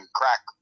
crack –